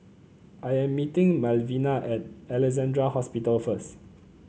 I am meeting Malvina at Alexandra Hospital first